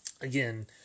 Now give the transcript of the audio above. again